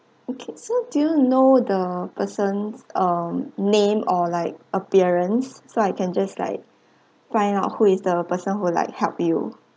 okay so do you know the person's um name or like appearance so I can just like find out who is the person who like help you